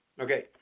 Okay